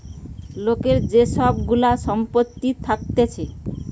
লোকের যে সব গুলা সম্পত্তি থাকছে